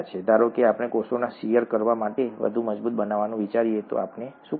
ધારો કે આપણે કોષોને શીયર કરવા માટે વધુ મજબૂત બનાવવાનું વિચારીએ તો આપણે શું કરીએ